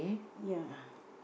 ya